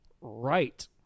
right